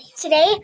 today